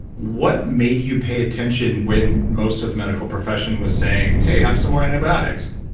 what made you pay attention when most of the medical profession was saying, hey, have some more antibiotics?